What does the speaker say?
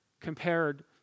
compared